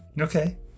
Okay